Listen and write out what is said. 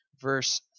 verse